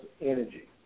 energy